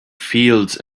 fields